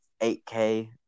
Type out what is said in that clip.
8K